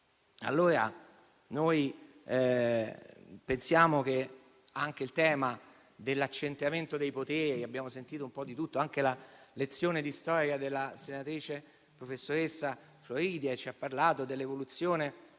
e con questo sistema. Sul tema dell'accentramento dei poteri abbiamo sentito un po' di tutto, anche la lezione di storia della senatrice professoressa Floridia, che ci ha parlato dell'evoluzione